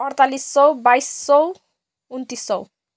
अठचालिस सय बाइस सय उनन्तिस सय